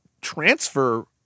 transfer